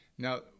Now